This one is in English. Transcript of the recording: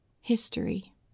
History